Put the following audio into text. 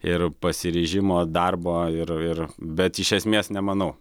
ir pasiryžimo darbo ir ir bet iš esmės nemanau